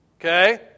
Okay